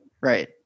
Right